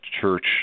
church